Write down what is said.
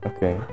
Okay